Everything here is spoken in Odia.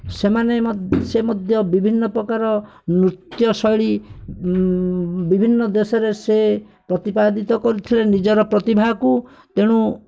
ସେମାନେ ମଧ୍ୟ ସେ ମଧ୍ୟ ବିଭିନ୍ନ ନୃତ୍ୟଶୈଳୀ ବିଭିନ୍ନ ଦେଶରେ ସେ ପ୍ରତିପାଦିତ୍ୟ କରିଥିଲେ ନିଜର ପ୍ରତିଭାକୁ ତେଣୁ